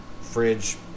fridge